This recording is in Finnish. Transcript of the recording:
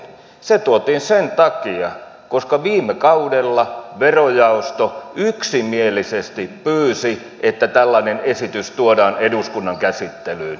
se tuotiin sen takia koska viime kaudella verojaosto yksimielisesti pyysi että tällainen esitys tuodaan eduskunnan käsittelyyn